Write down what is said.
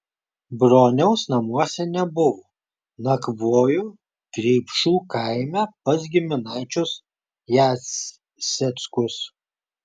broniaus namuose nebuvo nakvojo kreipšių kaime pas giminaičius jaseckus